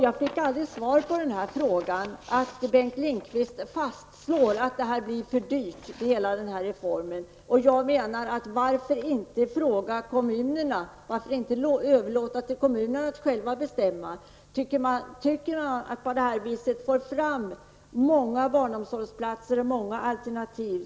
Jag fick aldrig svar på frågan som gällde att Bengt Lindqvist fastslog att denna reform blir för dyr. Jag undrar varför man inte frågar kommunerna och varför man inte överlåter till kommunerna att själva bestämma om de anser att de på detta sätt får fram många barnomsorgsplatser och många alternativ.